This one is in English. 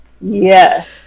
yes